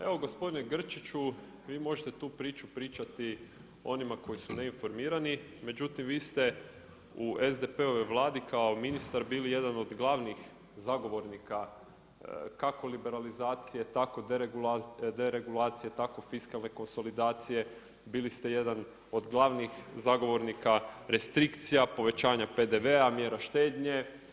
Evo gospodine Grčiću, vi možete tu priču pričati onima koji su neinformirani, međutim vi ste, u SDP-ovoj Vladi, kao ministar bili jedan od glavnih zagovornika kako liberalizacije, tako deregulacije tako fiskalne konsolidacije, bili ste jedan od glavnih zagovornika restrikcija, povećanja PDV-a, mjera štednje.